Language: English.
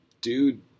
dude